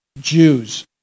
Jews